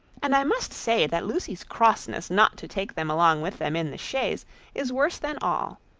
and i must say that lucy's crossness not to take them along with them in the chaise is worse than all.